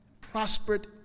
prospered